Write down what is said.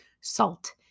salt